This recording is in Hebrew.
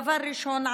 דבר ראשון,